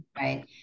right